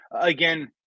again